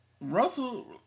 Russell